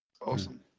Awesome